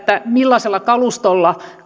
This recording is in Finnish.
millaisella kalustolla